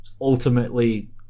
ultimately